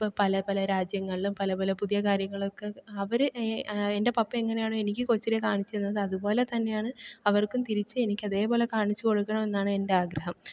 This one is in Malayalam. ഇപ്പോള് പലപല രാജ്യങ്ങളിലും പലപല പുതിയ കാര്യങ്ങളൊക്കെ അവര് എൻറെ പപ്പയെങ്ങനാണോ എനിക്ക് കൊച്ചിലെ കാണിച്ചുതന്നത് അതുപോലെതന്നെയാണ് അവർക്കും തിരിച്ച് എനിക്ക് അതേപോലെ കാണിച്ചു കൊടുക്കണമെന്നാണ് എൻറെ ആഗ്രഹം